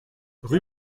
rue